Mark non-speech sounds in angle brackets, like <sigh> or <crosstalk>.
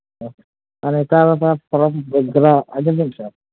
ᱟᱨ ᱱᱮᱛᱟᱨ ᱢᱟ <unintelligible> ᱟᱸᱡᱚᱢᱵᱮᱱ ᱥᱮ